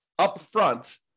upfront